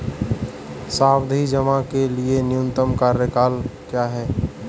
सावधि जमा के लिए न्यूनतम कार्यकाल क्या है?